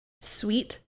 sweet